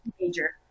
major